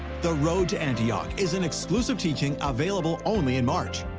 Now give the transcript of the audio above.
the road to antioch is an exclusive teaching available only in march.